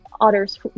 others